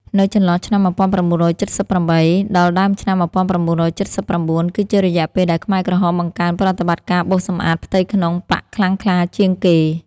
នៅចន្លោះឆ្នាំ១៩៧៨ ដល់ដើមឆ្នាំ១៩៧៩ គឺជារយៈពេលដែលខ្មែរក្រហមបង្កើនប្រតិបត្តិការបោសសំអាតផ្ទៃក្នុងបក្សខ្លាំងក្លាជាងគេ។